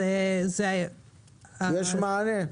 יש מענה?